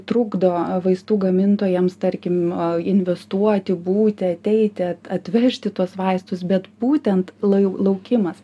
trukdo vaistų gamintojams tarkim investuoti būti ateiti atvežti tuos vaistus bet būtent lau laukimas